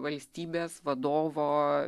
valstybės vadovo